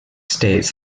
states